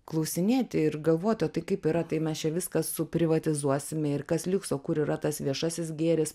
klausinėti ir galvoti o tai kaip yra tai mes čia viską suprivatizuosime ir kas liks o kur yra tas viešasis gėris